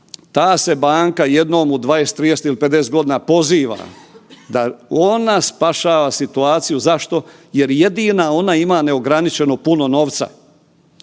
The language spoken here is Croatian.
ta se banka jednom u 20, 30 ili 50.g. poziva da ona spašava situaciju. Zašto? Jer jedina ona ima neograničeno puno novca.